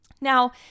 Now